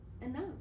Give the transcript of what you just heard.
enough